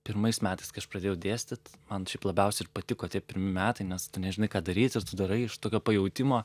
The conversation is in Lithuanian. pirmais metais kai aš pradėjau dėstyt man šiaip labiausiai ir patiko tie pirmi metai nes tu nežinai ką daryt ir tu darai iš tokio pajautimo